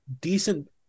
decent